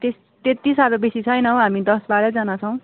त्यस त्यति साह्रो बेसी छैनौँ हामी दस बाह्रजना छौँ